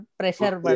pressure